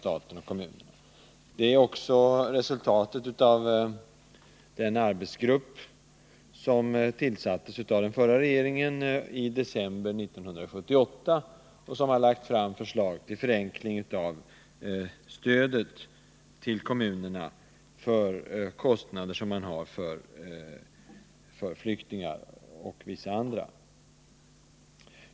Propositionen bygger också på en rapport från en arbetsgrupp som tillsattes av den förra regeringen i december 1978. Där föreslogs en förenkling av stödet till kommunerna för kostnader som dessa har för flyktingar och vissa andra grupper.